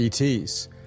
ETs